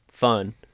fun